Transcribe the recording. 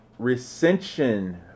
recension